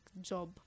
job